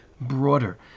broader